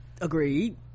agreed